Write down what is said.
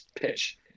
pitch